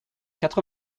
quatre